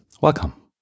welcome